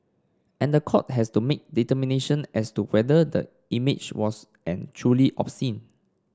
and the court has to make determination as to whether the image was and truly obscene